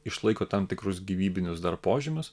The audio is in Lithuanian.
išlaiko tam tikrus gyvybinius dar požymius